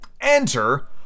enter